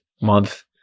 month